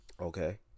Okay